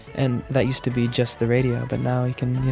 and that used to be just the radio, but now you can you